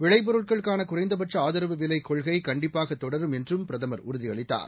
விளைபொருட்களுக்கான குறைந்தபட்ச ஆதரவு விலைக் கொள்கை கண்டிப்பதாக தொடரும் என்றும் பிரதமர் உறுதியளித்தார்